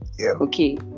Okay